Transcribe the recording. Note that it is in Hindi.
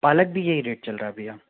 पालक भी यही रेट चल रहा है भैया